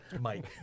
Mike